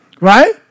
Right